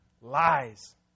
lies